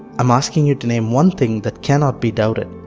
am asking you to name one thing that cannot be doubted.